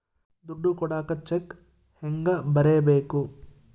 ದುಡ್ಡು ಕೊಡಾಕ ಚೆಕ್ ಹೆಂಗ ಬರೇಬೇಕು?